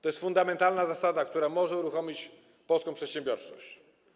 To jest fundamentalna zasada, która może uruchomić polską przedsiębiorczość.